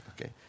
Okay